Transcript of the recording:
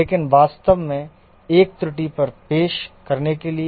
लेकिन वास्तव में एक त्रुटि पर पेश करने के लिए